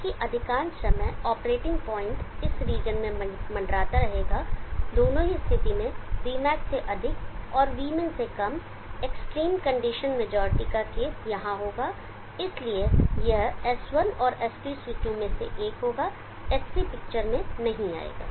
क्योंकि अधिकांश समय ऑपरेटिंग पॉइंट इस रीजन में मँडराता रहेगा दोनों ही स्थिति में vmax से अधिक और vmin से कम एक्सट्रीम कंडीशन मेजॉरिटी का केस यहाँ होगा इसलिए यह S1 और S2 स्विचों में से एक होगा S3 पिक्चर में नहीं आएगा